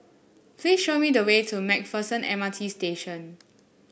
please show me the way to MacPherson M R T Station